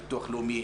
ביטוח לאומי.